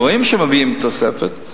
ורואים שמביאים תוספת,